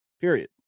Period